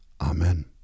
Amen